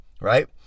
right